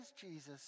Jesus